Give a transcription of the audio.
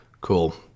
Cool